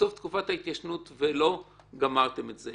לסוף תקופת ההתיישנות ולא גמרתם את זה.